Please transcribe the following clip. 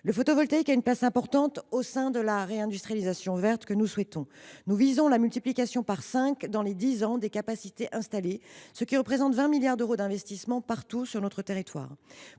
Le photovoltaïque a une place importante au sein de la réindustrialisation verte que nous souhaitons. Nous visons en la matière la multiplication par cinq, dans les dix ans à venir, des capacités installées, ce qui représente 20 milliards d’euros d’investissements partout sur le territoire.